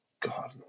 God